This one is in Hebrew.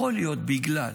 יכול להיות שבגלל